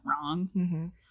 wrong